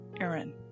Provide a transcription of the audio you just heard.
Aaron